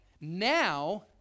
now